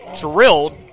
drilled